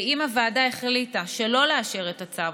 אם הוועדה החליטה שלא לאשר את הצו,